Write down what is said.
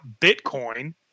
Bitcoin